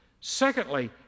Secondly